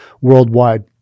worldwide